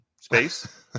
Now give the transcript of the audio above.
space